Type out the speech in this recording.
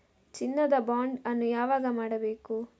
ಚಿನ್ನ ದ ಬಾಂಡ್ ಅನ್ನು ಯಾವಾಗ ಮಾಡಬೇಕು?